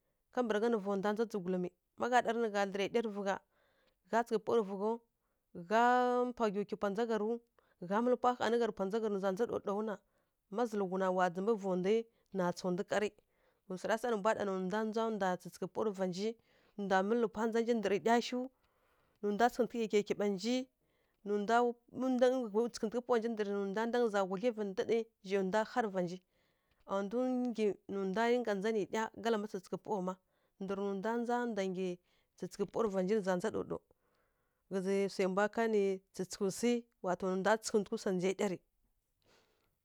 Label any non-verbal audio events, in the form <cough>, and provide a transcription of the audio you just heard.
Kambǝragha nǝ vondwa ndza ndzǝgulǝmi, ma gha dlǝra ɗya rǝ vǝ gha, ghá tsǝghǝ pawa rǝ vǝ ghaw ghá mpa gyiw kyi pwa ndza gha rǝw, ghá mǝlǝ pwa hanǝ gha nǝ za ndza daw-dawu na, má zǝlǝghu na wa ndzǝ mbǝ vondwi na tsa ndwi karǝ ghǝzǝ swara sa nǝ mbwa ɗana ndwa ndza ndwa tsǝghǝtǝghǝ pawa rǝ va nji, ndwa mǝlǝ pwa ndza nji ndǝrǝ ɗya shiw, nǝ ndwa tsǝghǝtǝghǝ kyikyiɓa nji, nǝ ndwa <unintelligible> tsǝghǝtǝghǝ pawa nji ndǝrǝ nǝ ndwa ndangǝ nǝ za hudlyivǝ ndǝɗǝ zhai ndwa há rǝ va nji a ndwi nggyi nǝ ndwa rinka ndza nǝ ɗya kalǝma sǝghǝtǝghǝ pawa ma ndǝrǝ nǝ ndwa ndza ndwa nggyi tsǝghǝtǝghǝ pawa rǝ va nja nǝ za ndza daw-daw. Ghǝzǝ swai mbwa kanǝ tsǝghǝtǝghǝ swi, wa to nǝ ndwa tsǝghǝtǝghǝ swa ndza ɗya rǝ.